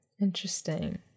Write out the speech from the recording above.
interesting